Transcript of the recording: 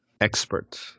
expert